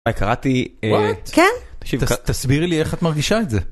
היי, קראתי אה... וואט? כן? תסבירי לי איך את מרגישה את זה.